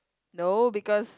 no because